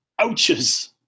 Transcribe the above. ouches